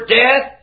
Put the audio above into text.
death